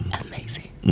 Amazing